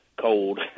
cold